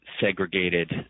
segregated